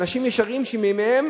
אנשים ישרים, שמימיהם